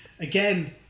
again